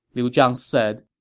liu zhang said.